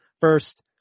first